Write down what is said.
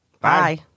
Bye